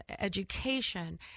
education